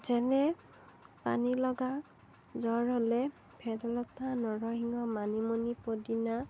যেনে পানী লগা জ্বৰ হ'লে ভেদাইলতা নৰসিংহ মানিমুনি পদিনা